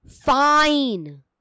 Fine